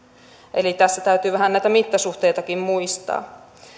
eli tässä täytyy vähän näitä mittasuhteitakin muistaa